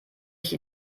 ich